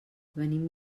venim